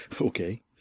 okay